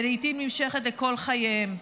ולעיתים נמשכת כל חייהם.